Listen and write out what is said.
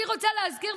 אני רוצה להזכיר.